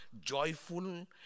joyful